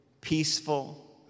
peaceful